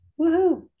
woohoo